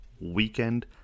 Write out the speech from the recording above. Weekend